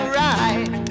right